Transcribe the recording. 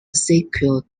sequels